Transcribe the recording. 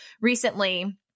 recently